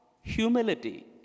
humility